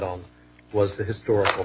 on was the historical